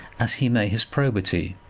as he may his probity,